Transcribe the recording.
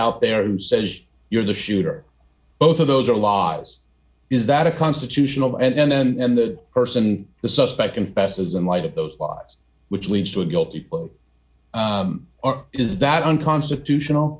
out there who says you're the shooter both of those are laws is that a constitutional and then and the person the suspect confesses in light of those laws which leads to a guilty or does that unconstitutional